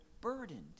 burdened